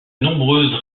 nombreuses